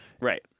Right